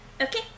Okay